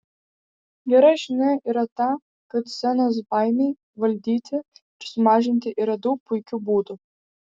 gera žinia yra ta kad scenos baimei valdyti ir sumažinti yra daug puikių būdų